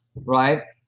right?